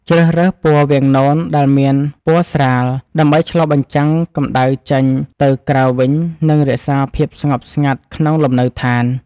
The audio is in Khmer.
ជ្រើសរើសពណ៌វាំងននដែលមានពណ៌ស្រាលដើម្បីឆ្លុះបញ្ចាំងកម្តៅថ្ងៃចេញទៅក្រៅវិញនិងរក្សាភាពស្ងប់ស្ងាត់ក្នុងលំនៅឋាន។